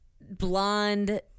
blonde